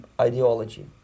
ideology